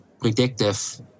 predictive